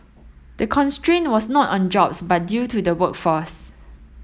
the constraint was not on jobs but due to the workforce